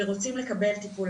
ורוצים לקבל טיפול,